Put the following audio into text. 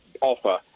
offer